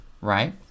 right